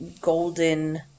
golden